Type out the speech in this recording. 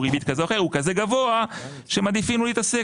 ריבית כזה או אחר הוא כזה גבוה שמעדיפים לא להתעסק.